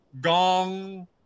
gong